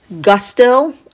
Gusto